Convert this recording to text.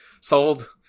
sold